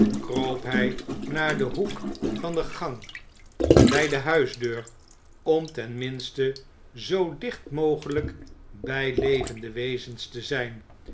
kroop hij naar den hoek van de gang bij de huisdeur om ten minste zoo dicht mogelijk bij levende wezens te zijn